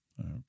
Okay